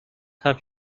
have